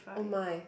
oh my